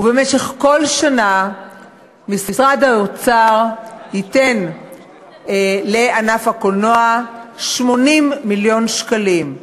ובכל שנה משרד האוצר ייתן לענף הקולנוע 80 מיליון שקלים.